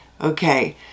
okay